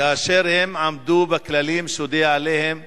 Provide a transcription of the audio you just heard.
כאשר הם עמדו בכללים שהודיעו עליהם